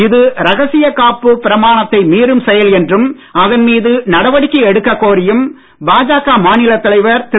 இது ரகசிய காப்பு பிரமாணத்தை மீறும் செயல் என்றும் அதன் மீது நடவடிக்கை எடுக்க கூறியும் பாஜக மாநிலத் தலைவர் திரு